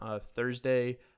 Thursday